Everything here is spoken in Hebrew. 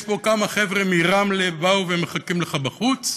יש פה כמה חבר'ה מרמלה שבאו והם מחכים לך בחוץ.